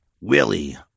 Willie